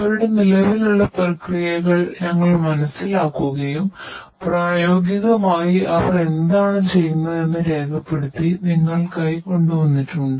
അവരുടെ നിലവിലുള്ള പ്രക്രിയകൾ ഞങ്ങൾ മനസ്സിലാക്കുകയും പ്രായോഗികമായി അവർ എന്താണ് ചെയ്യുന്നതെന്ന് രേഖപ്പെടുത്തി നിങ്ങൾക്കായി കൊണ്ടുവന്നിട്ടുമുണ്ട്